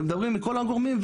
ומדברים עם כל הגורמים,